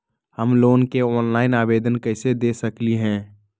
हम लोन के ऑनलाइन आवेदन कईसे दे सकलई ह?